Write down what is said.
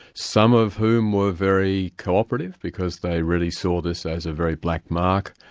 some of whom were very co-operative, because they really saw this as a very black mark.